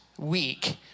week